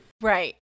Right